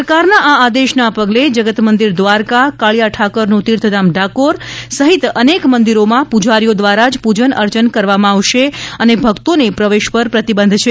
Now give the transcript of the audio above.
સરકારના આ આદેશના પગલે જગતમંદિર દ્વારિકા કાળિયા ઠાકરનું તીર્થધામ ડાકોર સહિત અનેક મંદિરોમાં પૂજારીઓ દ્વારા જ પૂજન અર્ચન કરવામાં આવશે અને ભક્તોને પ્રવેશ પર પ્રતિબંધ છે